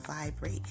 vibrate